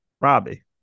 Robbie